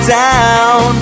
down